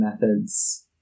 methods